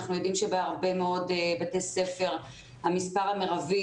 אנחנו יודעים שבהרבה מאוד בתי ספר המספר המרבי,